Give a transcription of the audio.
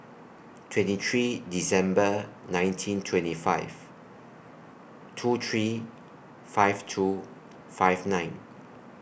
twenty three December nineteen twenty five two three five two five nine